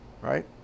right